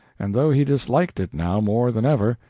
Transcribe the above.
and though he disliked it now more than ever,